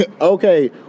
Okay